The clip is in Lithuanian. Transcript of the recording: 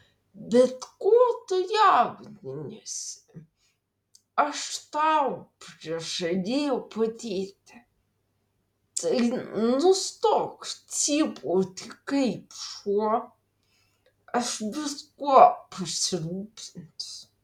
bet ko tu jaudiniesi aš tau prižadėjau padėti tai nustok cypauti kaip šuo aš viskuo pasirūpinsiu